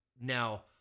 Now